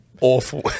awful